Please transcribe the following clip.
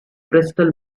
crystal